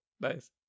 Nice